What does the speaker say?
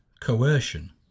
coercion